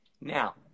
Now